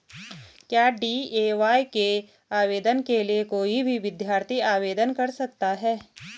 क्या डी.ए.वाय के आवेदन के लिए कोई भी विद्यार्थी आवेदन कर सकता है?